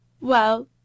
Well